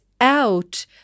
out